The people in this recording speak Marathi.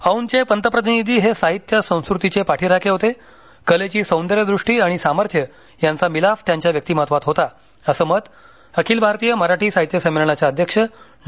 औंधचे पंतप्रतिनिधी हे साहित्य संस्कृतीचे पाठीराखे होते कलेची सौंदर्यदृष्टी आणि सामर्थ्य यांचा मिलाफ त्यांच्या व्यक्तिमत्त्वात होता असं मत अखिल भारतीय मराठी साहित्य संमेलनाच्या अध्यक्ष डॉ